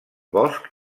bosc